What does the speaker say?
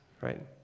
right